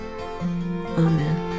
Amen